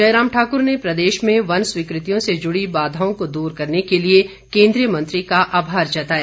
जयराम ठाकुर ने प्रदेश में वन स्वीकृतियों से जुड़ी बाधाओं को दूर करने के लिए केन्द्रीय मंत्री का आभार जताया